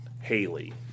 Haley